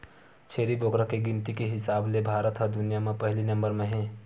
छेरी बोकरा के गिनती के हिसाब ले भारत ह दुनिया म पहिली नंबर म हे